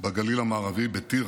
בגליל המערבי, בטירה,